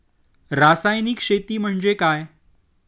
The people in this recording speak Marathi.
रासायनिक शेती म्हणजे काय?